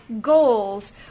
goals